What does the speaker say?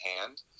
hand